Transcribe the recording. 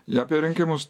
jie apie rinkimus